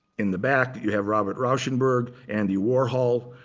in the back, you have robert rauschenberg, andy warhol.